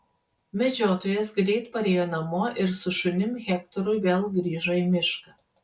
medžiotojas greit parėjo namo ir su šunim hektoru vėl grįžo į mišką